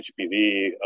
HPV